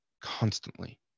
constantly